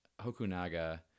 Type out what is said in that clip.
Hokunaga